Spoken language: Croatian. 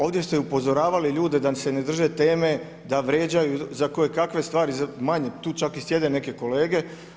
Ovdje ste upozoravali ljude da se ne drže teme, da vrijeđaju za kojekakve stvari manje, tu čak i sjede neke kolege.